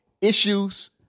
issues